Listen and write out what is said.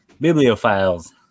Bibliophiles